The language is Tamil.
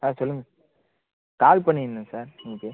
ஆ சொல்லுங்கள் கால் பண்ணியிருந்தங்க சார் உங்களுக்கு